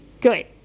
good